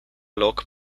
loc